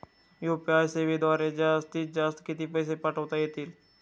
UPI सेवेद्वारे जास्तीत जास्त किती पैसे पाठवता येतील?